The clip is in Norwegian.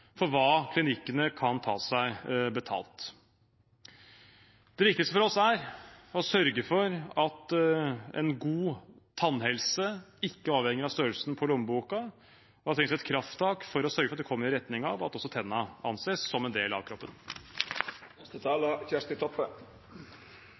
for hva klinikkene kan ta seg betalt. Det viktigste for oss er å sørge for at god tannhelse ikke avhenger av størrelsen på lommeboka. Da trengs det et krafttak i retning av at også tennene anses som en del av